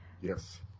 Yes